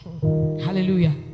Hallelujah